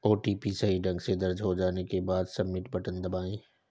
OTP सही ढंग से दर्ज हो जाने के बाद, सबमिट बटन दबाएं